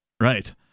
Right